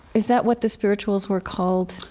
is that what the spirituals were called